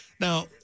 Now